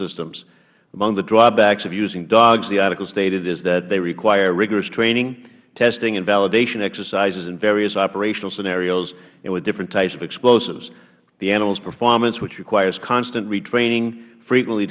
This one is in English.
systems among the drawbacks of using dogs the article stated is that they require rigorous training testing and validation exercises in various operational scenarios and with different types of explosives the animals performance which requires constant retraining frequently